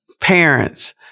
parents